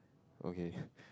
okay